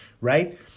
right